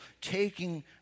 taking